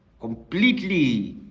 completely